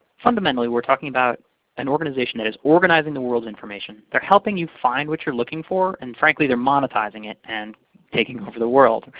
fundamentally, we're talking about an organization that is organizing the world's information. they're helping you find what you're looking for, and frankly, they're monetizing it and taking over the world.